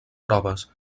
proves